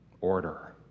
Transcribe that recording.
Order